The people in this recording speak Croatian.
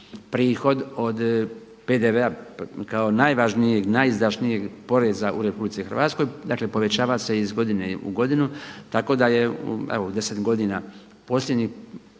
prihod od PDV-a kao najvažnijeg, najizdašnijeg poreza u Republici Hrvatskoj. Dakle, povećava se iz godine u godinu, tako da j e evo u deset godina posljednjih